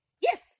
Yes